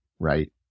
Right